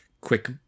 quick